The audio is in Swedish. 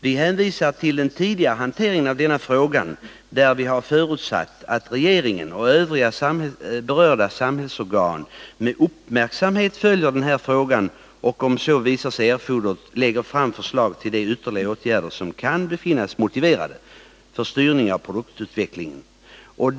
Vi hänvisar till den tidigare hanteringen av denna fråga, då vi förutsatte ”att regeringen och övriga berörda samhällsorgan med uppmärksamhet följde frågan och, om så visade sig erforderligt, lade fram förslag till de ytterligare åtgärder som kunde befinnas motiverade för att styrningen av produktionsutvecklingen skulle få åsyftad effekt”.